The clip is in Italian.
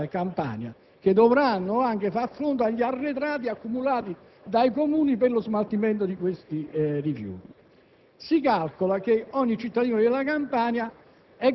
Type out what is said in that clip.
In Campania si è arrivati al punto che smaltire una tonnellata di rifiuti costa 140 euro, mentre nel resto d'Italia ne costa 50.